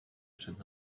před